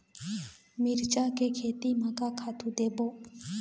मिरचा के खेती म का खातू देबो?